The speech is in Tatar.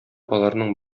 аларның